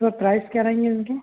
sir price क्या रहेंगे इनके